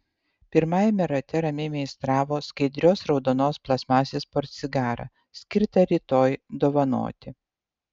pirmajame rate ramiai meistravo skaidrios raudonos plastmasės portsigarą skirtą rytoj dovanoti